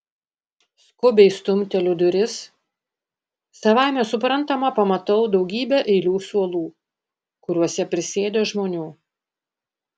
skubiai stumteliu duris savaime suprantama pamatau daugybę eilių suolų kuriuose prisėdę žmonių